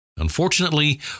Unfortunately